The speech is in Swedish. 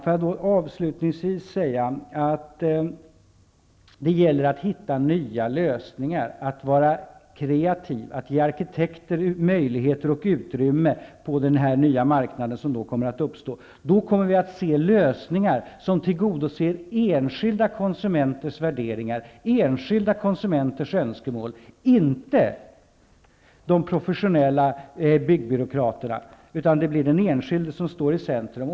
Får jag avslutningsvis säga att det gäller att hitta nya lösningar, att vara kreativ, att ge arkitekter möjligheter och utrymme på den här nya marknaden som kommer att uppstå. Då kommer vi att se lösningar som tillgodoser enskilda konsumenters värderingar och önskemål, inte de professionella byggbyråkraternas. Den enskilde står i centrum.